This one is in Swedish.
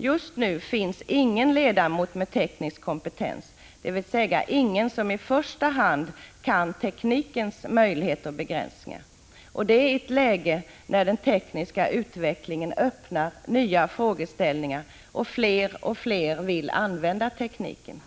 Just nu finns ingen ledamot med teknisk kompetens, dvs. ingen som i första hand kan teknikens möjligheter och begränsningar — och det i ett läge när den tekniska utvecklingen ständigt öppnar nya frågeställningar och fler och fler vill använda tekniken.